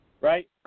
right